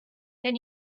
then